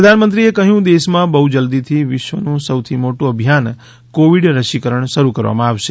પ્રધાનમંત્રીએ કહ્યું દેશમાં બહ્ જલ્દીથી વિશ્વનું સૌથી મોટું અભિયાન કોવિડ રસીકરણ શરૂ કરવામાં આવશે